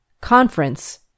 conference